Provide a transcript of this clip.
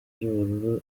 ry’ubururu